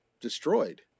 destroyed